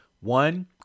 One